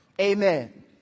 Amen